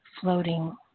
floating